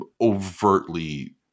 overtly